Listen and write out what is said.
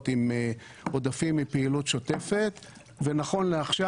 עם עודפים מפעילות שוטפת ונכון לעכשיו,